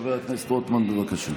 חבר הכנסת רוטמן, בבקשה.